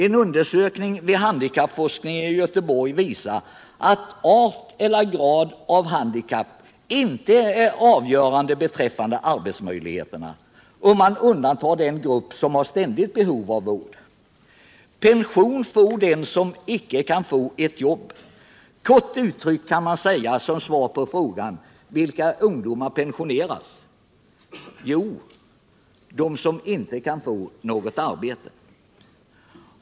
En undersökning vid handikappforskningen i Göteborg visar att det inte är art eller grad av handikapp som är avgörande för arbetsmöjligheterna, om man undantar den grupp som har ständigt behov av vård, utan pension får den som icke kan få ett jobb! Kort uttryckt kan man som svar på frågan: Vilka ungdomar pensioneras? säga att det är de som inte kan få något arbete.